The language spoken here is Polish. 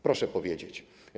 Proszę powiedzieć.